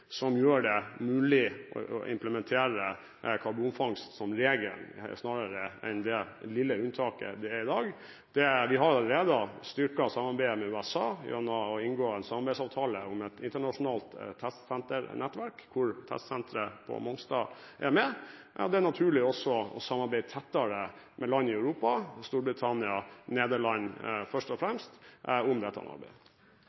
som gjør det mulig å implementere karbonfangst som en regel, snarere enn det lille unntaket det er i dag. Vi har allerede styrket samarbeidet med USA gjennom bl.a. å inngå en samarbeidsavtale om et internasjonalt testsenternettverk, hvor testsenteret på Mongstad er med. Det naturlig også å samarbeide tettere med land i Europa – Storbritannia og Nederland, først og